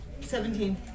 Seventeen